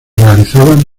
realizaban